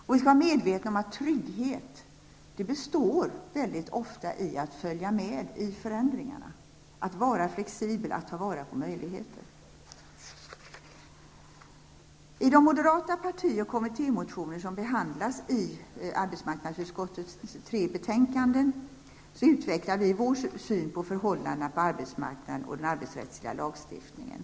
Vi skall vara medvetna om att trygghet består ofta i att följa med i förändringarna, att vara flexibel och att ta vara på möjligheter. I de moderata parti och kommittémotioner som behandlas i arbetsmarknadsutskottets tre betänkanden utvecklas vår syn på förhållandena på arbetsmarknaden och den arbetsrättsliga lagstiftningen.